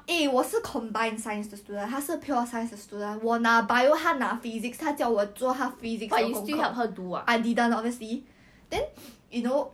who I can't see where but I think now sarah in J_C right 他有很多朋友 leh okay not 很多 lah but